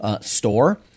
store